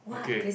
okay